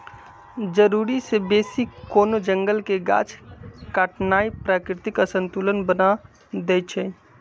जरूरी से बेशी कोनो जंगल के गाछ काटनाइ प्राकृतिक असंतुलन बना देइछइ